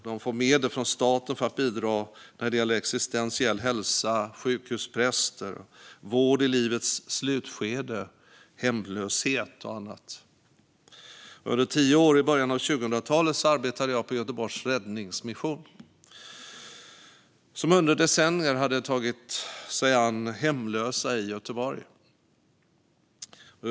De får medel från staten för att bidra när det gäller existentiell hälsa, sjukhuspräster, vård i livets slutskede, hemlöshet och annat. Under tio år i början av 2000-talet arbetade jag på Göteborgs Räddningsmission, som under decennier hade tagit sig an hemlösa i Göteborg.